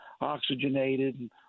oxygenated